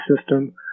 system